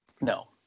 No